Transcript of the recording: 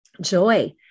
joy